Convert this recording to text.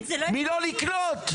מלא לקנות,